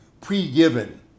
pre-given